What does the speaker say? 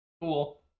Cool